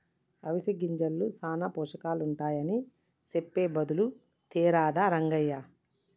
అవిసె గింజల్ల సానా పోషకాలుంటాయని సెప్పె బదులు తేరాదా రంగయ్య